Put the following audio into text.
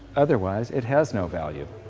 otherwise it has no value.